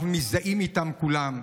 אנחנו מזדהים איתם, עם כולם.